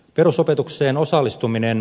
perusopetukseen osallistuminen